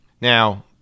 Now